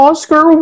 Oscar